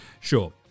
Sure